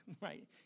right